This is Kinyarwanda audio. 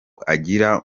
agira